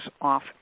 off